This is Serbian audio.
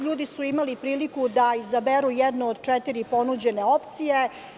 Ljudi su imali priliku da izaberu jednu od četiri ponuđene opcije.